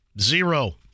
Zero